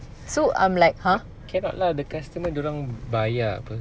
cannot lah the customer dia orang bayar apa